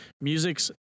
music's